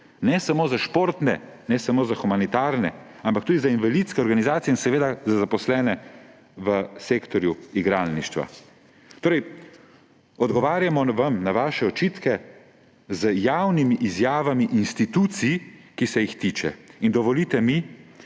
ne samo za športne, ne samo za humanitarne, ampak tudi za invalidske organizacije in seveda za zaposlene v sektorju igralništva. Torej odgovarjamo vam na vaše očitke z javnimi izjavami institucij, ki se jih tiče. In dovolite mi,